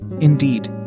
Indeed